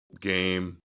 game